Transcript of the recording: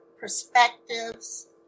perspectives